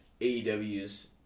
AEW's